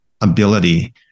ability